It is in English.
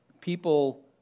people